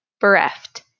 Bereft